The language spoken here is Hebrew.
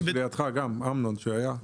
אמנון, שלידך, גם היה.